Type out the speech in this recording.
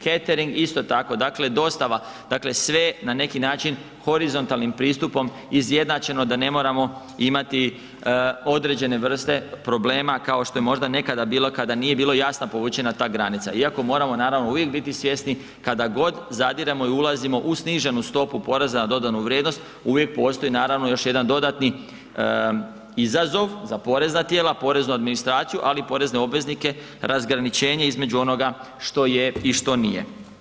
Catering isto tako, dostava dakle sve na neki način horizontalnim pristupom izjednačeno da ne moramo imati određene vrste problema kao što je možda nekada bilo kada nije bila jasno povučena ta granica, iako moramo biti uvijek svjesni kada god zadiremo i ulazimo u sniženu stopu poreza na dodanu vrijednost uvijek postoji još jedan dodatni izazov za porezna tijela, poreznu administraciju, ali i porezne obveznike razgraničenje između onoga što je i što nije.